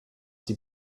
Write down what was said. sie